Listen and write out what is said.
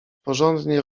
porządnie